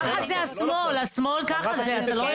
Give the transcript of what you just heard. ככה זה השמאל הרדיקלי, ככה בדיוק.